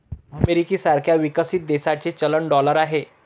America सारख्या विकसित देशाचे चलन डॉलर आहे